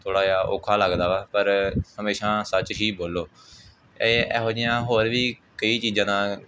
ਥੋੜ੍ਹਾ ਜਿਹਾ ਔਖਾ ਲੱਗਦਾ ਵਾ ਪਰ ਹਮੇਸ਼ਾ ਸੱਚ ਹੀ ਬੋਲੋ ਇਹ ਇਹੋ ਜਿਹੀਆਂ ਹੋਰ ਵੀ ਕਈ ਚੀਜ਼ਾਂ ਦਾ